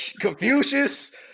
Confucius